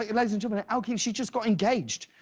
like and gentlemen, elle king, she just got engaged.